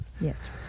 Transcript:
Yes